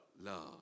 love